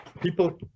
people